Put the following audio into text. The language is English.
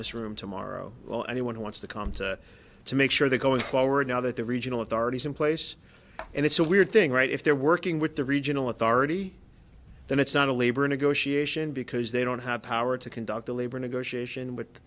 this room tomorrow well anyone who wants to come to to make sure that going forward now that the regional authorities in place and it's a weird thing right if they're working with the regional authority then it's not a labor negotiation because they don't have power to conduct a labor negotiation with